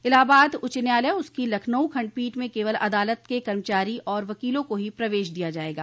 इलाहाबाद उच्च न्यायालय और उसकी लखनऊ खंडपीठ में केवल अदालत के कर्मचारी और वकीलों को ही प्रवेश दिया जायेगा